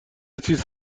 چیز